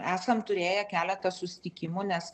esam turėję keletą susitikimų nes